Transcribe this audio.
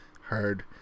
hard